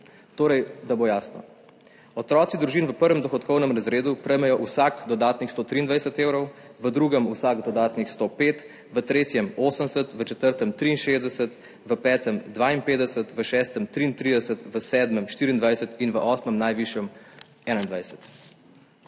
zakonu. Da bo jasno, otroci družin v prvem dohodkovnem razredu prejmejo vsak dodatnih 123 evrov, v drugem vsak dodatnih 105, v tretjem 80, v četrtem 63, v petem 52, v šestem 33, v sedmem 24 in v osmem, najvišjem, 21.